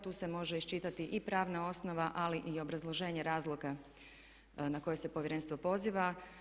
Tu se može iščitati i pravna osnova ali i obrazloženje razloga na koje se Povjerenstvo poziva.